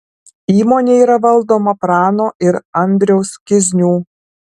įmonė yra valdoma prano ir andriaus kiznių